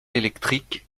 electric